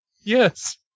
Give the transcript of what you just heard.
Yes